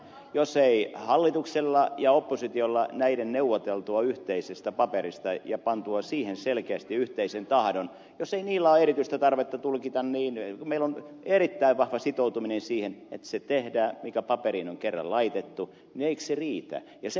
jos ei hallituksella ja oppositiolla näiden neuvoteltua yhteisestä paperista ja pantua siihen selkeästi yhteisen tahdon ole erityistä tarvetta tulkita ja kun meillä on erittäin vahva sitoutuminen siihen että se tehdään mikä paperiin on kerran laitettu niin eikö se riitä